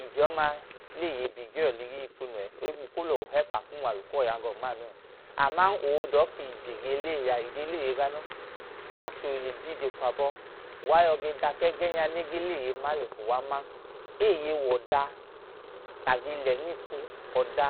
Ije ọma leeye bigiọ ligi ipunu ẹeohugbu kolo hepa k’unwalu kuwo ya go nma’anu ee. Aman oodọọ ƙije ge leeye a, ijee leeye ga non. Achohile biije kwabọ uwa yọge dakẹgenya nge leeye ma le uwa nan. Eeye woda nage lẹ nm’ipu, ọda